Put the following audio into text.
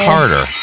Carter